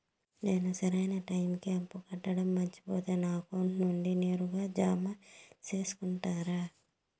నేను సరైన టైముకి అప్పు కట్టడం మర్చిపోతే నా అకౌంట్ నుండి నేరుగా జామ సేసుకుంటారా?